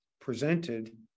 presented